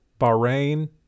Bahrain